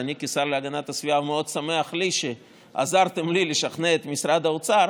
אני כשר להגנת הסביבה מאוד שמח שעזרתם לי לשכנע את משרד האוצר